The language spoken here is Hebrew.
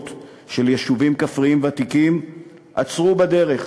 של יישובים כפריים ותיקים עצרו בדרך,